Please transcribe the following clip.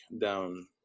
down